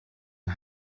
and